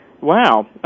Wow